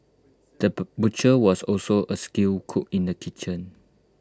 the butcher was also A skilled cook in the kitchen